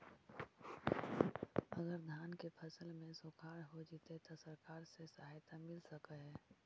अगर धान के फ़सल में सुखाड़ होजितै त सरकार से सहायता मिल सके हे?